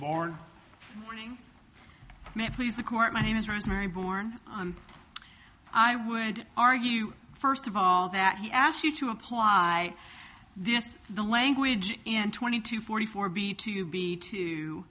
please the court my name is rosemary born on i would argue first of all that he asked you to apply this the language in twenty to forty four b to be to